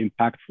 impactful